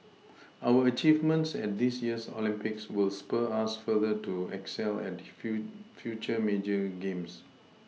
our achievements at this year's Olympics will spur us further to excel at few future major games